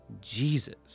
Jesus